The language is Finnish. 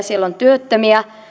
siellä on työttömiä